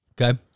okay